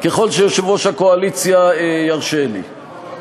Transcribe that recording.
ככל שיושב-ראש הקואליציה ירשה לי.